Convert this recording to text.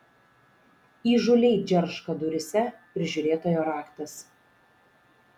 įžūliai džerška duryse prižiūrėtojo raktas